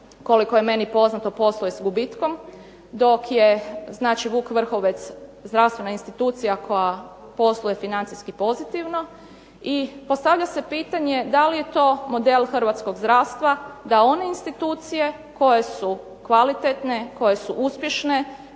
koliko je meni poznato posluje s gubitkom dok je Vuk Vrhove zdravstvena institucija koja posluje financijski pozitivno. I postavlja se pitanje da li je to model hrvatskog zdravstva da one institucije koje su kvalitetne koje su uspješne,